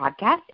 Podcast